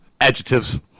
adjectives